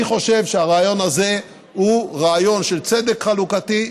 אני חושב שהרעיון הזה הוא רעיון של צדק חלוקתי,